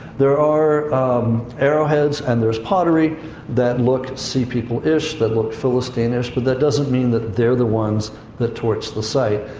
there are arrowheads and there's pottery that looked sea people ish, that looked philistine-ish, but that doesn't mean that they're the ones that torched the site.